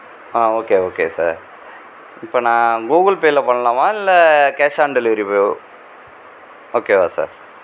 ஆ okay okay sir இப்போ நான் Google பேவில பண்ணலாமா இல்லை கேஷ் ஆன் டெலிவரி ஓகேவா சார்